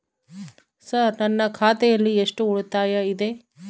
Sir ನನ್ನ ಖಾತೆಯಲ್ಲಿ ಎಷ್ಟು ಉಳಿತಾಯ ಇದೆ?